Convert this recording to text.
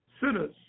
sinners